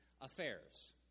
affairs